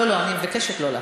אני מבקשת לא להפריע.